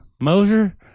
Mosier